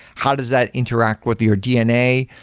how does that interact with your dna?